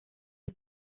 ils